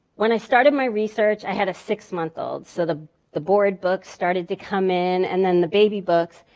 when i started my research, i had a six month old. so the the board books started to come in and then the baby books.